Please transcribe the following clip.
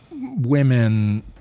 women